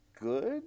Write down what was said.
good